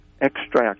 extract